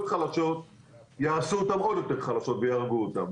החלשות יעשו עוד יותר חלשות ויהרגו אותן,